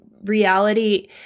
reality